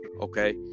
Okay